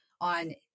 on